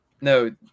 No